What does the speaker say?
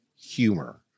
humor